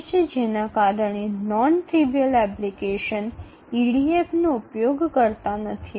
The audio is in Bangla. এটির কারণে অপ্রয়োজনীয় অ্যাপ্লিকেশনগুলি EDF ব্যবহার করে না